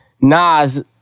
Nas